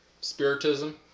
Spiritism